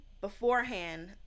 beforehand